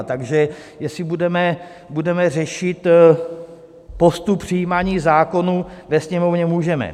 Takže jestli budeme řešit postup přijímání zákonů ve Sněmovně, můžeme.